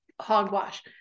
hogwash